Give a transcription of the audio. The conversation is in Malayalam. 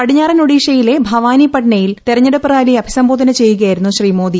പടിഞ്ഞാറൻ ഒഢീഷയിലെ ഭവാനിപട്നയിൽ തെരഞ്ഞെടുപ്പ് റാലിയെ അഭിസംബോധന ചെയ്യുകയായിരുന്നു ശ്രീ മോദി